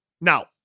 Now